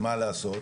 ומה לעשות,